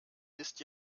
ist